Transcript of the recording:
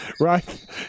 right